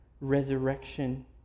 resurrection